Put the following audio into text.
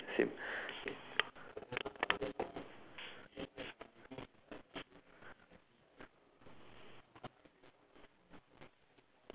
same